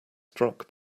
struck